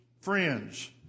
friends